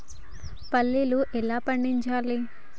పల్లీలు ఎలా పండించాలి?